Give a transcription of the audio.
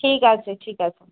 ঠিক আছে ঠিক আছে